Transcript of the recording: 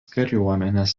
kariuomenės